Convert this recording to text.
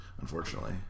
unfortunately